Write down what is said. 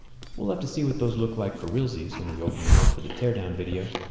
we'll have to see what those look like for realsies when we open them up for the teardown video,